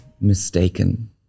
mistaken